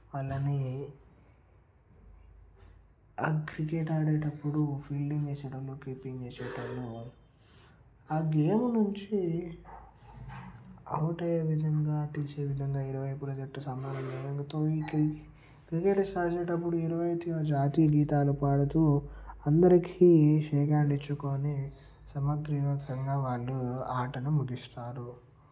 వల్లనే ఆ క్రికెట్ ఆడేటప్పుడు ఫీల్డింగ్ చేసేటప్పుడు కీపింగ్ చేసేటప్పుడు ఆ గేమ్ నుంచి అవుట్ అయ్యే విధంగా తీసే విధంగా ఇరువైపుల జట్లు సమానంగా నెగ్గుతూ క్రికెట్ ఆడేటప్పుడు ఇరువైపులా జాతీయ గీతాలు పాడుతూ అందరికీ షేక్ హ్యాండ్ ఇచ్చుకొని సమగ్రంగా వాళ్ళు ఆటను ముగిస్తారు